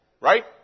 Right